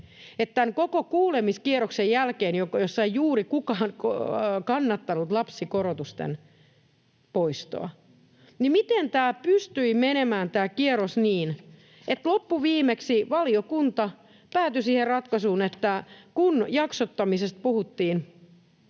tämän koko kuulemiskierroksen jälkeen, jossa ei juuri kukaan kannattanut lapsikorotusten poistoa, tämä kierros pystyi menemään niin, että loppuviimeksi valiokunnassa hallituspuolueet päätyivät siihen ratkaisuun, että kun jaksottamisesta puhuttiin